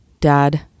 Dad